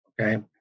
okay